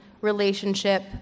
relationship